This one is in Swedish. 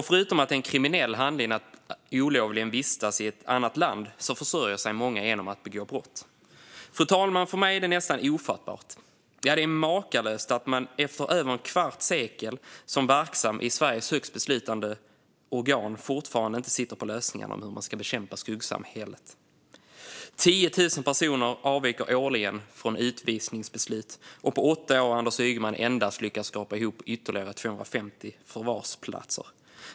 Förutom att det är en kriminell handling att olovligen vistas i ett annat land försörjer sig många genom att begå brott. Fru talman! För mig är det nästan ofattbart. Ja, det är makalöst att man efter över ett kvarts sekel som verksam i Sveriges högsta beslutande organ fortfarande inte sitter på lösningarna om hur man ska bekämpa skuggsamhället. 10 000 personer avviker årligen från utvisningsbeslut, och på åtta år har Anders Ygeman endast lyckas skrapa ihop ytterligare 250 förvarsplatser.